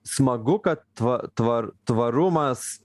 smagu kad tva tvar tvarumas